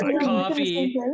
coffee